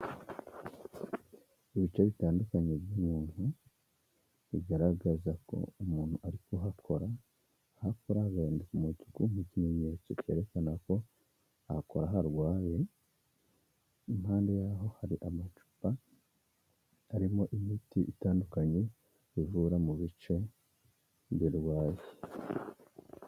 Ibice bitandukanye by'umuntu bigaragaza ko umuntu ari kuhakora, aho hakora hahinduka umutuku, nk'ikimenyetso kerekana ko aharwaye, impande yaho hari amacupa arimo imiti itandukanye ivura mu bice birwaye.